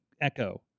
Echo